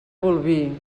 bolvir